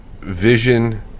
vision